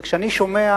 וכשאני שומע